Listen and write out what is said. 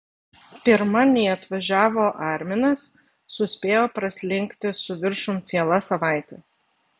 pirma nei atvažiavo arminas suspėjo praslinkti su viršum ciela savaitė